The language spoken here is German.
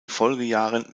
folgejahren